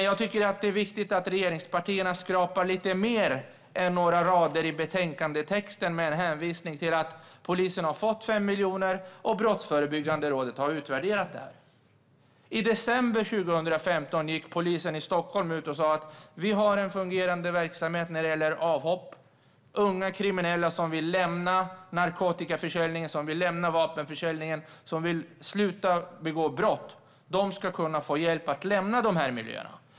Jag tycker att det är viktigt att regeringspartierna skrapar lite mer i detta än att bara skriva några rader i texten i betänkandet med en hänvisning till att polisen har fått 5 miljoner och att Brottsförebyggande rådet har utvärderat detta. I december 2015 gick polisen i Stockholm ut och sa att man har en fungerande verksamhet när det gäller avhopp - unga kriminella som vill lämna narkotikaförsäljningen, som vill lämna vapenförsäljningen och som vill sluta att begå brott. Dessa personer ska kunna få hjälp att lämna dessa miljöer.